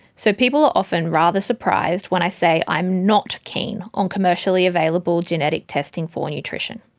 so people are often rather surprised when i say i am not keen on commercially available genetic testing for nutrition.